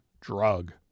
drug